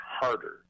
harder